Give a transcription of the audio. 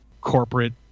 corporate